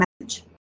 message